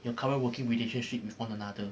your current working relationship with one another